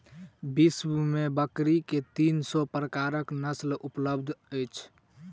विश्व में बकरी के तीन सौ प्रकारक नस्ल उपलब्ध अछि